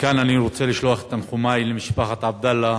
מכאן אני רוצה לשלוח תנחומי למשפחת עבדאללה